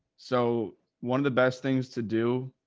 so one of the best things to do,